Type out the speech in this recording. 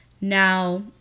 Now